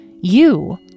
You